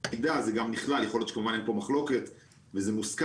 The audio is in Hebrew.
זה גם נכלל יכול להיות שגם בכלל אין פה מחלוקת וזה מוסכם